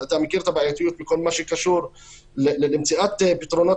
ואתה מכיר את הבעייתיות בכל מה שקשור למציאת פתרונות